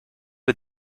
wir